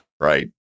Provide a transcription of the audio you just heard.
Right